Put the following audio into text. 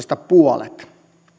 rangaistuksesta puolet